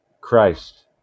Christ